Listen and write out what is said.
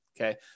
Okay